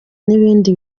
n’ibindi